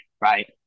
right